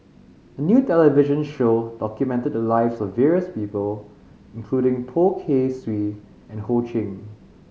a new television show documented the lives of various people including Poh Kay Swee and Ho Ching